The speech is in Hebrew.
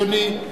אדוני,